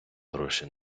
гроші